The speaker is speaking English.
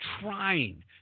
trying